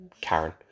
Karen